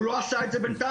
הוא לא עשה את זה בינתיים.